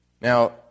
Now